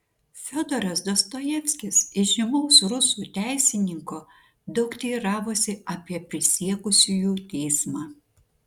fiodoras dostojevskis įžymaus rusų teisininko daug teiravosi apie prisiekusiųjų teismą